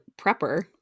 prepper